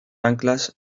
anclas